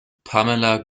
pamela